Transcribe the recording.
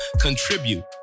contribute